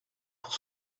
pour